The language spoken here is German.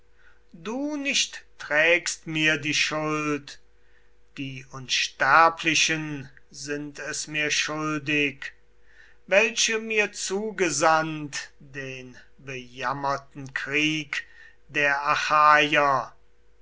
du nicht trägst mir die schuld die unsterblichen sind es mir schuldig aber helena sprach die edle der